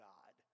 God